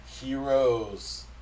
heroes